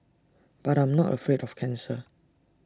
but I'm not afraid of cancer